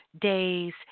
days